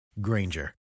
Granger